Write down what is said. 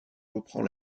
reprend